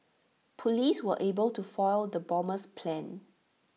Police were able to foil the bomber's plans